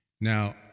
Now